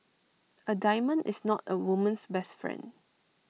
A diamond is not A woman's best friend